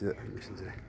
ꯁꯤꯗ ꯂꯣꯏꯁꯤꯟꯖꯔꯦ